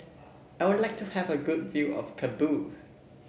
I would like to have a good view of Kabul